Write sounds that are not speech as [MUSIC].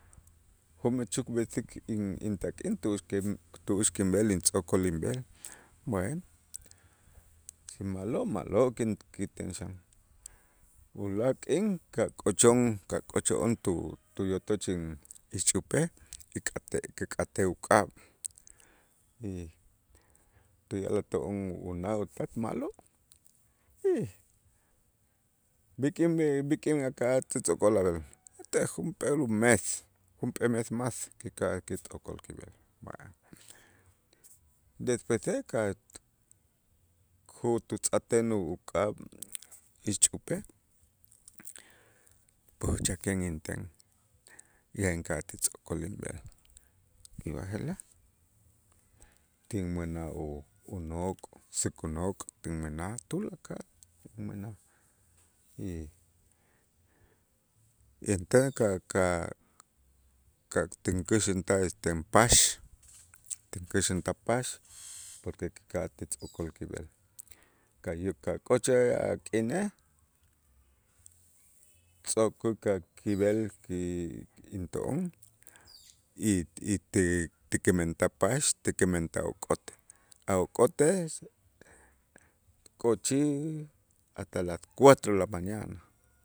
jo'mij chukb'esik in- intak'in tu'ux kin- tu'ux kinb'el intz'o'kol inb'el bueno, si ma'lo', ma'lo' ki- kiten xan, ulaak' k'in ka' kochon ka'cho'on tu- tuyotoch in ixch'upej kik'atej kik'atej uk'ab' y tuya'lik to'on una' utat ma'lo' y b'ikin b'ik'in aka'aj ti tz'o'kol ab'el etel junp'eel umes junp'ee mes mas kika'aj kitz'o'kol kib'el, [UNINTELLIGIBLE] despuese ka' jututz'ajten uk'ab' ixch'upej puuchajken inten ya inka'aj ti tz'o'kol inb'el y b'aje'laj tinmänaj u- unok', säk unok' tinmänaj, tulakal tinmänaj y entäk ka'-ka'-ka' tinkäxäntaj esten pax tinkäxäntaj pax [NOISE] porque kika'aj ti tz'o'kol kib'el, ka' yuk a' kochej a' k'inej tz'okuk a' kib'el ki into'on y y ti- tikimentaj pax tikimentaj ok'ot a' ok'otej kuchij hasta las cuatro de la mañana.